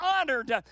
honored